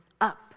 up